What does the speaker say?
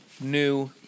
new